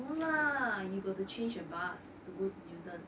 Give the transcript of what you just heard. no lah you got to change a bus to go to newton